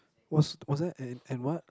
was was that and and what